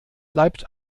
bleibt